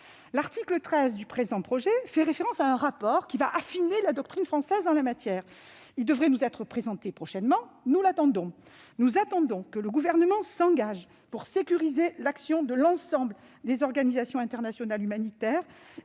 L'article 13 du présent projet de loi fait référence à un rapport qui va affiner la doctrine française en la matière. Il devrait nous être présenté prochainement- nous l'attendons. Nous attendons aussi que le Gouvernement s'engage pour sécuriser l'action de l'ensemble des organisations internationales humanitaires,